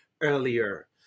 earlier